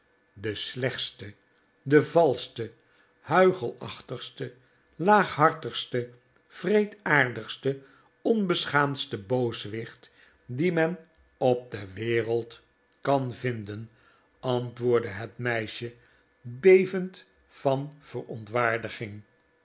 de slechtste de valschte huichelachtigste laaghartigste wreedaardigste onbeschaamdste booswicht dien men op de wereld kan vinden antwoordde het meisje bevend van verontwaardiging